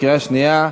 קריאה שנייה,